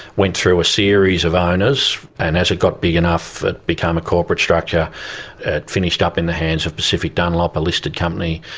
went through a series of owners and as it got big enough it became a corporate structure, it finished up in the hands of pacific dunlop, a listed company.